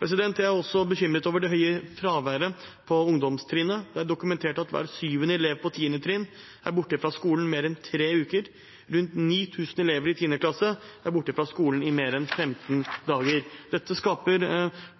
Jeg er også bekymret over det høye fraværet på ungdomstrinnet. Det er dokumentert at hver syvende elev på 10. trinn er borte fra skolen mer enn tre uker. Rundt 9 000 elever i 10. klasse er borte fra skolen i mer enn 15 dager. Dette skaper